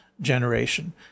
generation